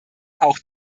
auch